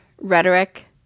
rhetoric